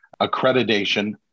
Accreditation